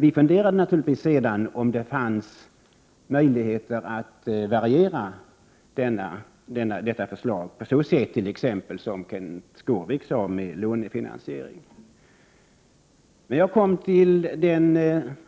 Vi funderade naturligtvis sedan på om det fanns möjligheter att variera detta förslag på sådant sätt som t.ex. Kenth Skårvik nämnde, med lånefinansiering. Men jag kom till den